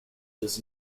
does